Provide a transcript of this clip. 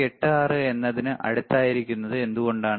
86 എന്നതിന് അടുത്തായിരുന്നത് എന്തുകൊണ്ടാണ്